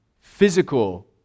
physical